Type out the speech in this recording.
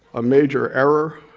a major error,